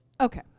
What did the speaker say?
Okay